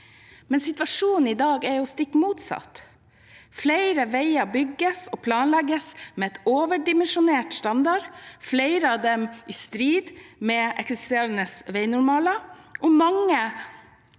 nede. Situasjonen i dag er stikk motsatt. Flere veier bygges og planlegges med overdimensjonert standard, og flere av dem er i strid med eksisterende veinormaler. Man